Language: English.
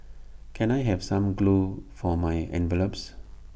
can I have some glue for my envelopes